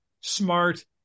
smart